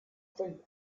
fängt